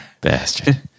Bastard